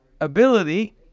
ability